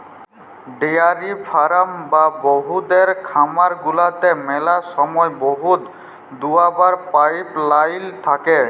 dairy farm বা দুহুদের খামার গুলাতে ম্যালা সময় দুহুদ দুয়াবার পাইপ লাইল থ্যাকে